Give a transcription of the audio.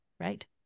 right